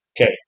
Okay